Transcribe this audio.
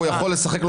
הוא יכול לשחק לו